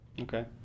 Okay